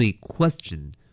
question